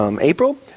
April